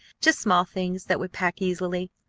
just small things that would pack easily.